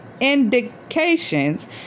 indications